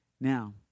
Now